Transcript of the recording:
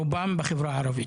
רובם בחברה הערבית.